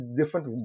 different